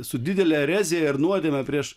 su didele erezija ir nuodėme prieš